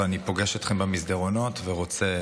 אבל אני פוגש אתכם במסדרונות ורוצה